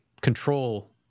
Control